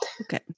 Okay